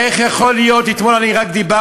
איך יכול להיות, רק אתמול אני דיברתי.